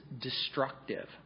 destructive